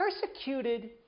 persecuted